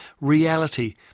reality